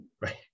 Right